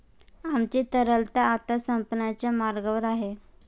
आमची तरलता आता संपण्याच्या मार्गावर आहे